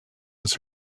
his